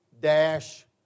dash